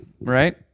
Right